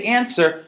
answer